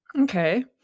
Okay